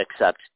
accept